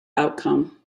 outcome